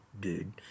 dude